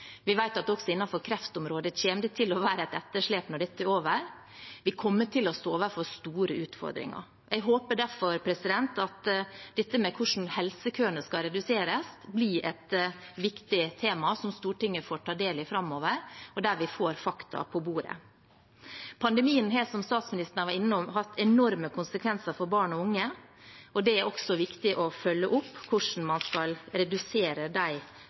Vi vet at det også innenfor kreftområdet kommer til å være et etterslep når dette er over. Vi kommer til å stå overfor store utfordringer. Jeg håper derfor at hvordan helsekøene skal reduseres, blir et viktig tema som Stortinget får ta del i framover, og der vi får fakta på bordet. Pandemien har, som statsministeren var innom, hatt enorme konsekvenser for barn og unge. Det er også viktig å følge opp hvordan man skal redusere de